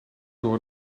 door